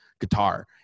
guitar